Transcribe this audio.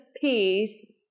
peace